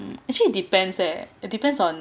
actually depends eh it depends on